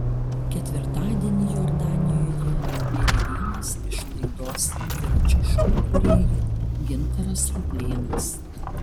ketvirtadienį jordanijoje mirė vienas iš laidos dviračio šou kūrėjų gintaras ruplėnas